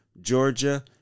Georgia